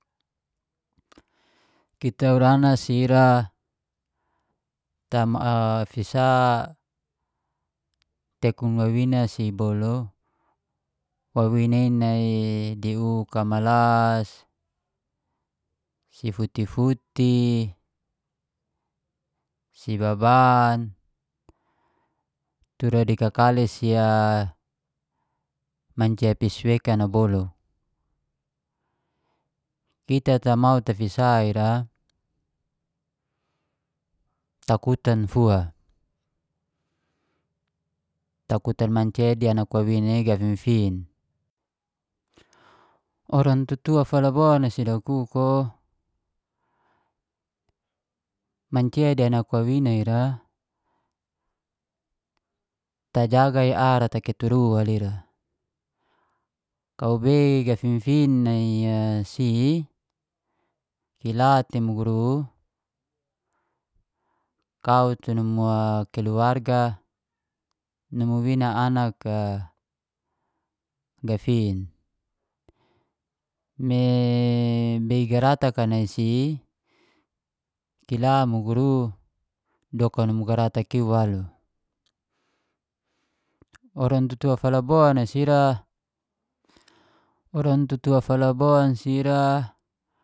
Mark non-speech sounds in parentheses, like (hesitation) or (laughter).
Kita urana si ira (hesitation) fisa tekun wawina si boluk, wawina i nai di uka malas, si futi-futi, si baban, tura di kakali si (hesitation) mancia fis wekan a boluk. Kita tamau tafisa ira, takutan fua takutan mancia di anak wawina i gafifin. Orang tatua falabon a si dakuk o, mancia di anak wawina ira tajaga ara kita uturu la ira. Kwei gafifin nai (hesitation) si kila ti muguru, kau tu numu (hesitation) keluarga, numu wina anak a gafin. Me bei garatak nai si kila muguru doka numu garatak iwaluk. Orang tatua falabon a si ira, orang tatua falabon si ira